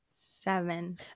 Seven